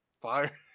Fire